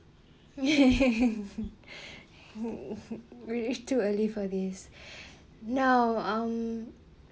yeah really too early for this no um